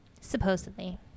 Supposedly